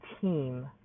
team